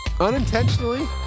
unintentionally